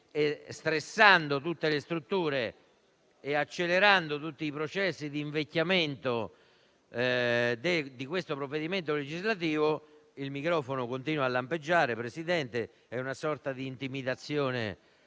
evidentemente tutte le strutture e accelerando tutti i processi di invecchiamento di tale provvedimento. Il microfono continua a lampeggiare, Presidente, è una sorta di intimidazione